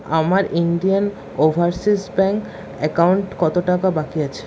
আমার Indian Overseas Bank account কতো টাকা বাকি আছে